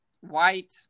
white